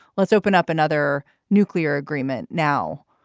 let's open up another nuclear agreement now.